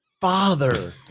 father